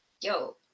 yo